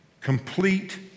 complete